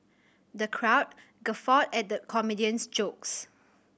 the crowd guffawed at the comedian's jokes